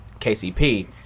KCP